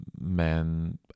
men